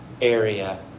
area